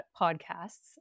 podcasts